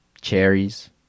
cherries